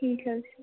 ٹھیٖک حظ چھُ